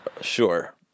Sure